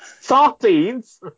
Sardines